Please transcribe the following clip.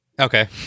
Okay